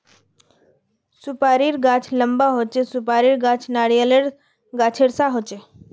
सुपारीर गाछ लंबा होचे, सुपारीर गाछ नारियालेर गाछेर सा होचे